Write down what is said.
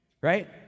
Right